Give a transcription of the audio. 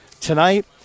tonight